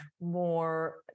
more